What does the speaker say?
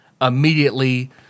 immediately